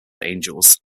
angels